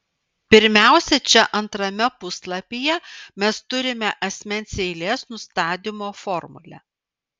pirmiausia čia antrame puslapyje mes turime asmens eilės nustatymo formulę